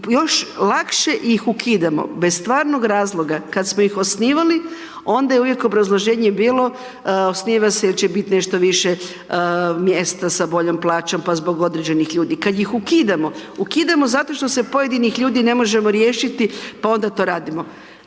još lakše ih ukidamo bez stvarnog razloga. Kad smo ih osnovali, onda je uvijek obrazloženje bilo osnova se jer će biti nešto više mjesta sa boljom plaćom pa zbog određenih ljudi. Kad ih ukidamo, ukidamo zato što se pojedinih ljudi ne možemo riješiti pa onda to radimo.